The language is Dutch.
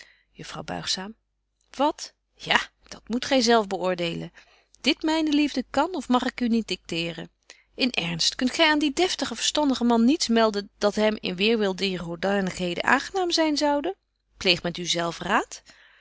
juffrouw buigzaam wat ja dat moet gy zelf beöordeelen dit myne liefde kan of mag ik u niet dicteeren in ernst kunt gy aan dien deftigen verstandigen man niets melden dat hem in weerwil dier hoedanigheden aangenaam zyn zoude pleeg met u zelf raad